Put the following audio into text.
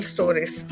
Stories